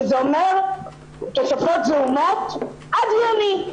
שזה אומר תוספות זעומות עד יוני.